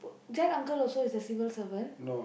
Jack uncle also is a civil servant